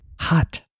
hot